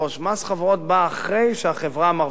מס חברות בא אחרי שהחברה מרוויחה.